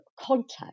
contact